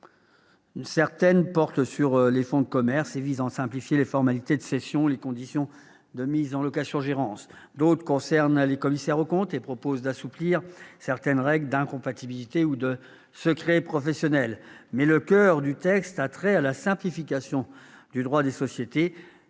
Certaines portent sur les fonds de commerce, et visent à en simplifier les formalités de cession et les conditions de mise en location-gérance. D'autres concernent les commissaires aux comptes et prévoient d'assouplir certaines règles d'incompatibilité ou de secret professionnel. Néanmoins, le coeur du texte a trait à la simplification du droit des sociétés,